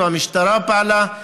והמשטרה פעלה.